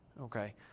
Okay